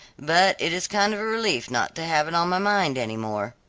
but it is kind of a relief not to have it on my mind any more.